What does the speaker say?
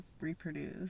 reproduce